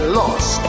lost